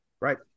Right